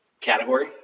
category